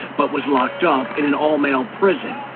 but was locked up in an all-male prison.